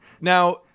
Now